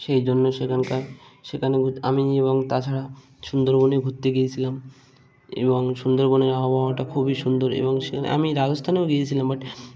সেই জন্যে সেখানকার সেখানে আমি এবং তাছাড়া সুন্দরবনেও ঘুরতে গিয়েছিলাম এবং সুন্দরবনের আবহাওয়াটা খুবই সুন্দর এবং সেখানে আমি রাজস্থানেও গিয়েছিলাম বাট